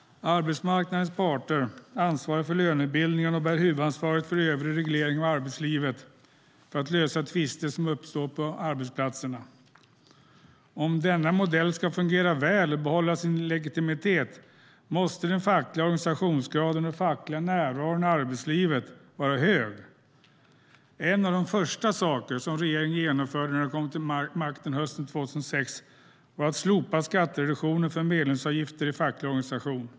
Arbetsmarknadens parter ansvarar för lönebildningen och bär huvudansvaret för övrig reglering av arbetslivet och för att lösa tvister som uppstår på arbetsplatserna. Om denna modell ska fungera väl och behålla sin legitimitet måste den fackliga organisationsgraden och den fackliga närvaron i arbetslivet vara hög. En av de första saker som regeringen genomförde när den kom till makten hösten 2006 var att slopa skattereduktionen för medlemsavgifter i facklig organisation.